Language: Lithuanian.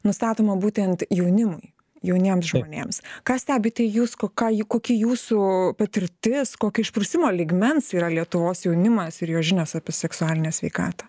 nustatoma būtent jaunimui jauniems žmonėms ką stebite jūs ką ji kokia jūsų patirties kokio išprusimo lygmens yra lietuvos jaunimas ir jo žinios apie seksualinę sveikatą